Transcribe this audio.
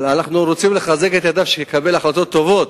אנחנו רוצים לחזק את ידיו שיקבל החלטות טובות.